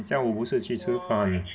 你下午不是去吃饭